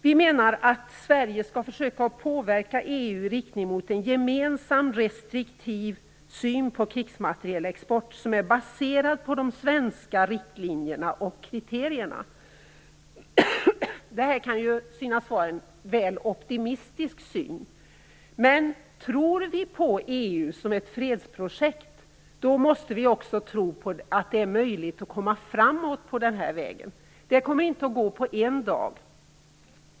Vi menar att Sverige skall försöka påverka EU i riktning mot en gemensam restriktiv syn på krigsmaterielexport som är baserad på de svenska riktlinjerna och kriterierna. Det här kan synas vara en väldigt optimistisk syn, men tror vi på EU som ett fredsprojekt måste vi också tro att det är möjligt att komma framåt på den här vägen. Det kommer inte att gå på en dag.